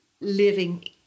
living